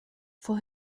for